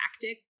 tactic